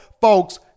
Folks